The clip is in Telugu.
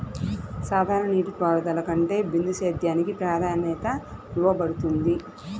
సాధారణ నీటిపారుదల కంటే బిందు సేద్యానికి ప్రాధాన్యత ఇవ్వబడుతుంది